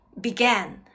began